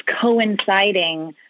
coinciding